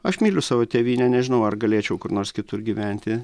aš myliu savo tėvynę nežinau ar galėčiau kur nors kitur gyventi